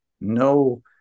no